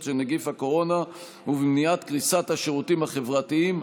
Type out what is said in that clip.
של נגיף הקורונה ובמניעת קריסת השירותים החברתיים.